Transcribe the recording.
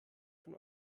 von